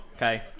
Okay